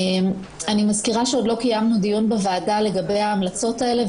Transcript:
אני מזכירה שעוד לא קיימנו דיון בוועדה לגבי ההמלצות האלה.